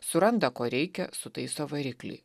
suranda ko reikia sutaiso variklį